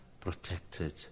protected